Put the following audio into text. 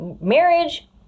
marriage